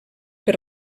per